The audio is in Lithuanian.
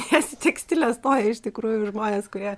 nes į tekstilę stoja iš tikrųjų žmonės kurie